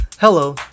Hello